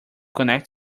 connect